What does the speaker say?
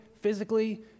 physically